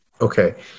Okay